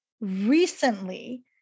recently